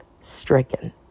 stricken